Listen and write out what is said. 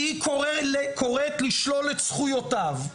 כי היא קוראת לשלול את זכויותיו.